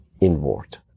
inward